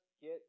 get